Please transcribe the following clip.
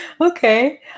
Okay